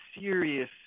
serious